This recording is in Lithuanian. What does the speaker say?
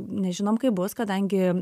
nežinom kaip bus kadangi